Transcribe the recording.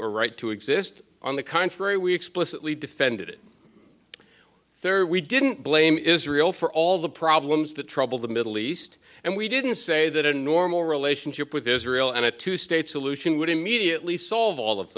or right to exist on the contrary we explicitly defended it third we didn't blame israel for all the problems that trouble the middle east and we didn't say that a normal relationship with israel and a two state solution would immediately solve all of